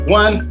one